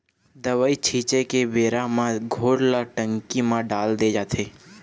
दवई छिंचे के बेरा म घोल ल टंकी म डाल दे जाथे